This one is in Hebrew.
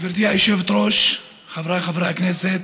גברתי היושבת-ראש, חבריי חברי הכנסת,